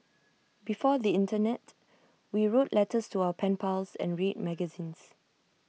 before the Internet we wrote letters to our pen pals and read magazines